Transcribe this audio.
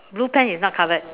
blue pants is not covered